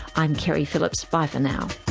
i'm keri phillips. bye for now